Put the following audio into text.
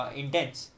intense